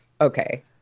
Okay